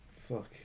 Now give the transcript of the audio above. Fuck